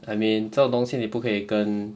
I mean 这种东西你不可以跟